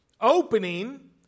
opening